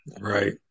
Right